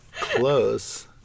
Close